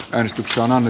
rixonam